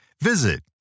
Visit